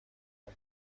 اون